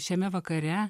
šiame vakare